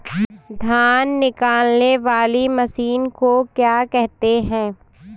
धान निकालने वाली मशीन को क्या कहते हैं?